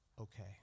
Okay